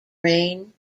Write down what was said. rain